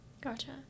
Gotcha